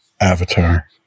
Avatar